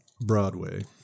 Broadway